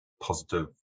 positive